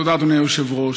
תודה, אדוני היושב-ראש.